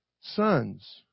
sons